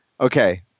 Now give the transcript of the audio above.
okay